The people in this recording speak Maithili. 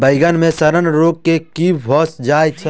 बइगन मे सड़न रोग केँ कीए भऽ जाय छै?